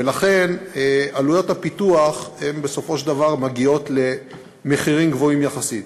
ולכן עלויות הפיתוח מגיעות בסופו של דבר למחירים גבוהים יחסית.